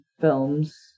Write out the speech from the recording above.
films